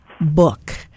book